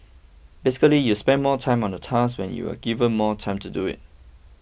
basically you spend more time on a task when you are given more time to do it